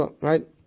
Right